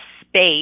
space